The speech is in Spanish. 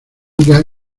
liga